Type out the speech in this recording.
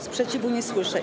Sprzeciwu nie słyszę.